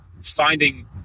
finding